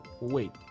Wait